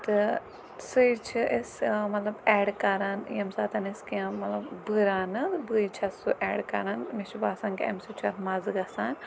تہٕ سُے چھِ أسۍ مطلب ایڈ کَران ییٚمہِ ساتہٕ أسۍ کیٚنٛہہ مطلب بہٕ رَنہٕ بٕیہِ چھس سُہ ایڈ کَران مےٚ چھُ باسان کہِ اَمہِ سۭتۍ چھُ اَتھ مَزٕ گَژھان